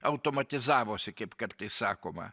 automatizavosi kaip kartais sakoma